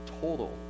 total